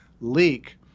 leak